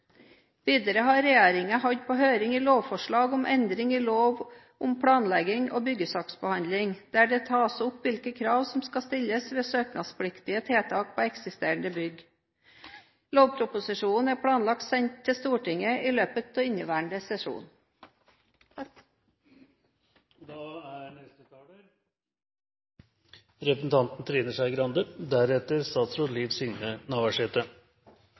Videre har regjeringen hatt på høring et lovforslag om endring i lov om planlegging og byggesaksbehandling, der det tas opp hvilke krav som skal stilles ved søknadspliktige tiltak på eksisterende bygg. Lovproposisjonen er planlagt sendt til Stortinget i løpet av inneværende sesjon. Jeg må si at da